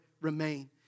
remain